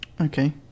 Okay